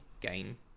game